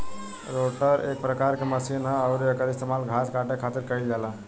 rotor एक प्रकार के मशीन ह अउरी एकर इस्तेमाल घास काटे खातिर कईल जाला